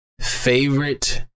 favorite